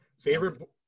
Favorite